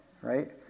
right